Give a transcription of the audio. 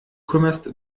kümmerst